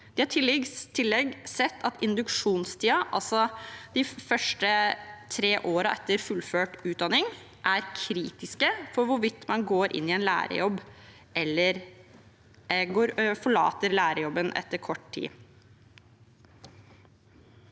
Vi har i tillegg sett at induksjonstiden, altså de første tre år etter fullført utdanning, er kritisk for hvorvidt man går inn i en lærerjobb eller forlater lærerjobben etter kort tid.